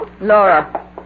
Laura